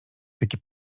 taki